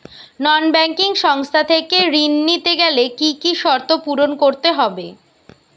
নন banking সংস্থা থেকে ঋণ নিতে গেলে কি কি শর্ত পূরণ করতে হয়?